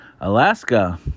Alaska